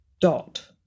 dot